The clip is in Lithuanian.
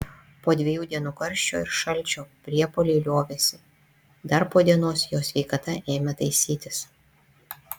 po dviejų dienų karščio ir šalčio priepuoliai liovėsi dar po dienos jo sveikata ėmė taisytis